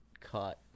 caught